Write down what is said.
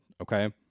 Okay